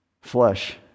flesh